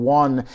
one